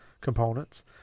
components